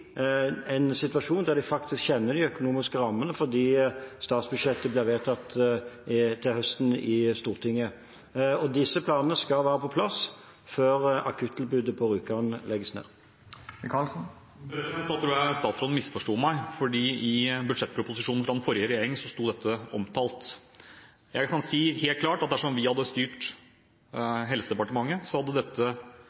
en situasjon der de faktisk kjenner de økonomiske rammene, fordi statsbudsjettet blir vedtatt til høsten i Stortinget. Og disse planene skal være på plass før akuttilbudet på Rjukan legges ned. Da tror jeg statsråden misforsto meg, for i budsjettproposisjonen fra den forrige regjeringen sto dette omtalt. Jeg kan si helt klart at dersom vi hadde styrt